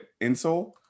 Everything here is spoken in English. insole